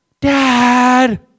Dad